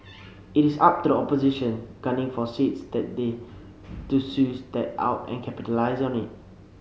it is up to the opposition gunning for seats that they to sues that out and capitalise on it